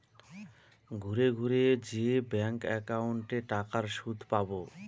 ঘুরে ঘুরে যে ব্যাঙ্ক একাউন্টে টাকার সুদ পাবো